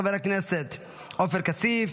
חבר הכנסת עופר כסיף,